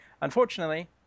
Unfortunately